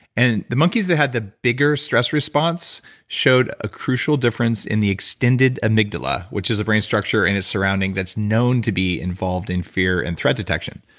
and the monkeys that had the bigger stress response showed a crucial difference in the extended amygdala, which is a brain structure and its surrounding that's known to be involved in fear and threat detection.